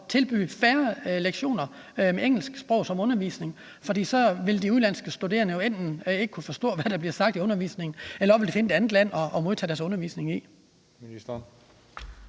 og tilbyde færre lektioner med engelsksproget undervisning, for så ville de udenlandske studerende jo enten ikke kunne forstå, hvad der blev sagt i undervisningen, eller også ville de finde et andet land at modtage deres undervisning i?